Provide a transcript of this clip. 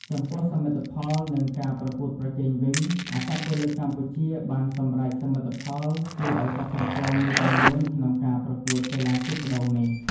ចំពោះសមិទ្ធផល និងការប្រកួតប្រជែងវិញ អត្តពលិកកម្ពុជាបានសម្រេចសមិទ្ធផលគួរឲ្យកត់សម្គាល់មួយចំនួនក្នុងការប្រកួតកីឡាទូកក្ដោងនេះ។